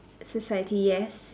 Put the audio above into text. society yes